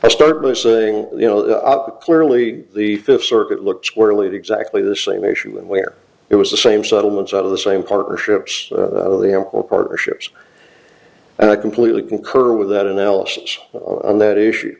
listening you know that clearly the fifth circuit looked squarely to exactly the same issue and where it was the same settlements out of the same partnerships or partnerships and i completely concur with that analysis on that issue